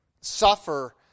suffer